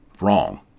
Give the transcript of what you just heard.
wrong